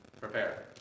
prepare